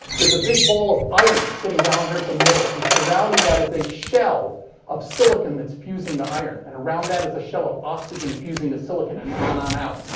there's a big ball of iron sitting down here at the middle. and, surrounding that, is a shell of silicon that's fusing to iron. and around that is a shell of oxygen fusing to silicon and and on, and on out.